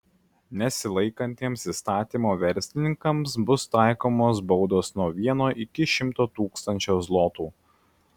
nesilaikantiems įstatymo verslininkams bus taikomos baudos nuo vieno iki šimto tūkstančio zlotų